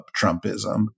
Trumpism